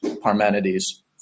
Parmenides